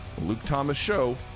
lukeThomasShow